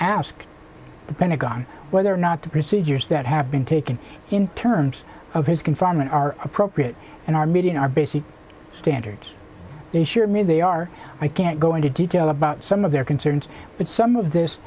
asked the pentagon whether or not the procedures that have been taken in terms of his confinement are appropriate and are meeting our basic standards they should mean they are i can't go into detail about some of their concerns but some of this